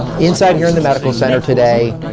inside here in the medical center today,